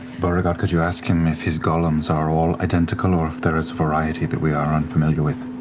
beauregard, could you ask him if his golems are all identical, or if there is variety that we are unfamiliar with?